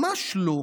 ממש לא,